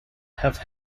have